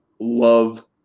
love